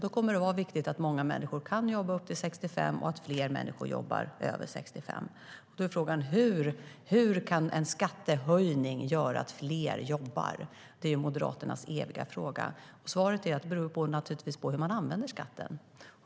Det kommer att vara viktigt att många människor kan jobba upp till 65 och att fler människor jobbar över 65. Då är Moderaternas eviga fråga hur en skattehöjning kan göra att fler jobbar. Svaret är naturligtvis att det beror på hur man använder skatten.